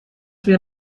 wir